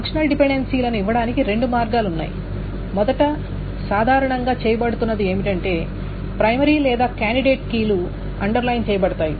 functional డిపెండెన్సీలను ఇవ్వడానికి రెండు మార్గాలు ఉన్నాయి మొదట సాధారణంగా చేయబడుతున్నది ఏమిటంటే ప్రైమరీ లేదా కాండిడేట్ కీలు అండర్లైన్ చేయబడతాయి